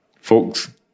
Folks